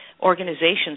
organizations